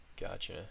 Gotcha